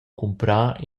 cumprar